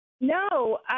no